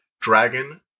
dragon